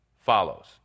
Follows